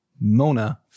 Mona